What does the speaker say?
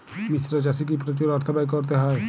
মিশ্র চাষে কি প্রচুর অর্থ ব্যয় করতে হয়?